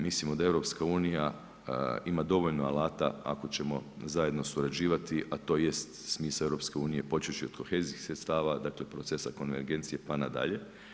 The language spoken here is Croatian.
Mislimo da EU ima dovoljno alata ako ćemo zajedno surađivati a to jest smisao EU počevši od kohezijskih sredstava, dakle procesa konvergencije pa nadalje.